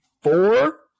four